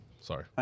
Sorry